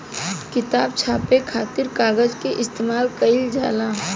किताब छापे खातिर कागज के इस्तेमाल कईल जाला